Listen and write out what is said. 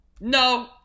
No